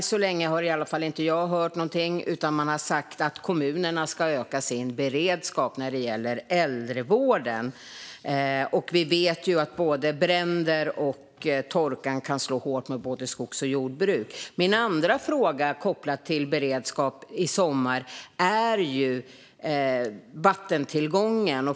Än så länge har i alla fall inte jag hört någonting, utan regeringen har sagt att kommunerna ska öka sin beredskap när det gäller äldrevården. Vi vet ju att både bränder och torka kan slå hårt mot skogs och jordbruk. Min andra fråga, kopplat till beredskap i sommar, rör vattentillgången.